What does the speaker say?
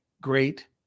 great